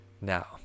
Now